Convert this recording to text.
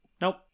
Nope